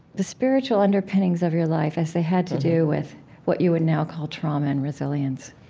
the spiritual underpinnings of your life as they had to do with what you would now call trauma and resilience?